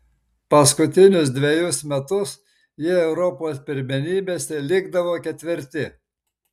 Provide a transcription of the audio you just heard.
paskutinius dvejus metus jie europos pirmenybėse likdavo ketvirti